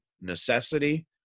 necessity